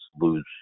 lose